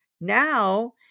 now